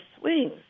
swings